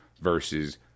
versus